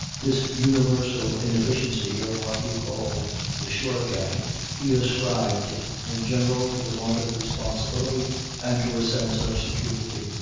this universal inefficiency of what he called the shore gang he ascribed in general to the want of responsibility and to a sense of security.